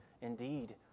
indeed